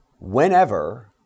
Whenever